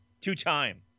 Two-time